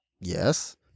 yes